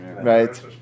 right